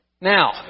Now